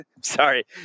Sorry